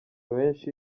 benshi